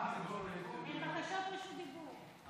אלה בקשות רשות דיבור.